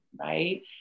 right